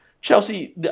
Chelsea